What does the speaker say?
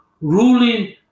ruling